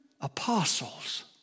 apostles